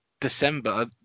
December